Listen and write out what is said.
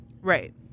Right